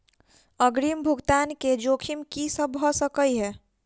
अग्रिम भुगतान केँ जोखिम की सब भऽ सकै हय?